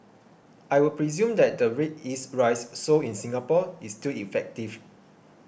I would presume that the red yeast rice sold in Singapore is still effective